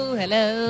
hello